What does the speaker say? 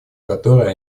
которое